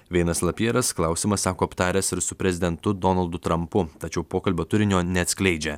vienas lapjėras klausimą sako aptaręs ir su prezidentu donaldu trumpu tačiau pokalbio turinio neatskleidžia